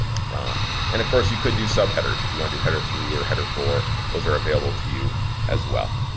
ah and of course you could do sub headers if you want to do header three or header four, those are available to you as well.